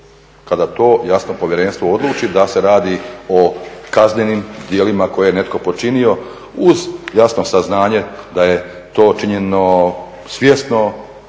kada to jasno povjerenstvo odluči da se radi o kaznenim djelima koje je netko počinio uz jasno saznanje da je to činjeno svjesno